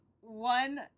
one